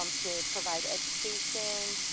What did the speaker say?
um to provide education.